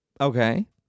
okay